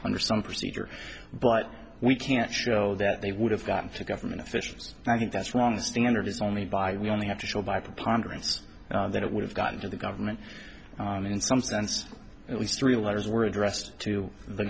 under some procedure but we can't show that they would have gotten to government officials and i think that's wrong the standard is only by we only have to show by preponderance that it would have gotten to the government in some sense at least three letters were addressed to the